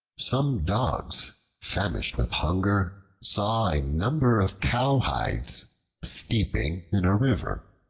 some dogs famished with hunger saw a number of cowhides steeping in a river.